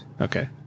Okay